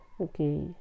Okay